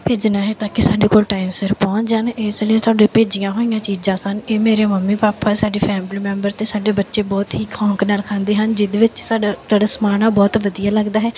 ਭੇਜਣਾ ਹੈ ਤਾਂ ਕਿ ਸਾਡੇ ਕੋਲ ਟਾਈਮ ਸਿਰ ਪਹੁੰਚ ਜਾਣ ਇਸ ਲਈ ਤੁਹਾਡੇ ਭੇਜੀਆਂ ਹੋਈਆਂ ਚੀਜ਼ਾਂ ਸਨ ਇਹ ਮੇਰੇ ਮੰਮੀ ਪਾਪਾ ਸਾਡੇ ਫੈਮਲੀ ਮੈਂਬਰ ਅਤੇ ਸਾਡੇ ਬੱਚੇ ਬਹੁਤ ਹੀ ਸ਼ੌਕ ਨਾਲ ਖਾਂਦੇ ਹਨ ਜਿਹਦੇ ਵਿੱਚ ਸਾਡਾ ਤੁਹਾਡਾ ਸਮਾਨ ਆ ਬਹੁਤ ਵਧੀਆ ਲੱਗਦਾ ਹੈ